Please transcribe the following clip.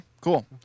cool